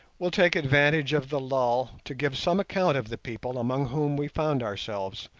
will take advantage of the lull to give some account of the people among whom we found ourselves,